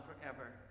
forever